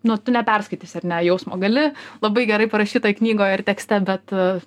nu tu neperskaitysi ar ne jausmo gali labai gerai parašytoj knygoj ar tekste bet